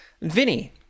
Vinny